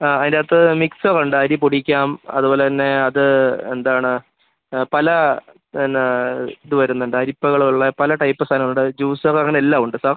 ആ അതിന്റകത്ത് മിക്സറുണ്ട് അരി പൊടിക്കാം അതുപോലെത്തന്നെ അത് എന്താണ് പല എന്നാ ഇത് വരുന്നുണ്ട് അരിപ്പകളുള്ള പല ടൈപ്പ് സാധനങ്ങളുണ്ട് ജൂസറ് അങ്ങനെ എല്ലാം ഉണ്ട് സാർ